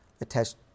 attached